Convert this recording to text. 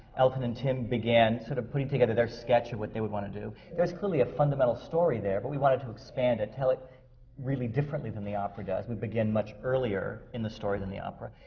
elton and tim began sort of putting together their sketch of what they would want to do. there's clearly a fundamental story there, but we wanted to expand it, tell it really differently than the opera does. we begin much earlier in the story than the opera,